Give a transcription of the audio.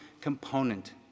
component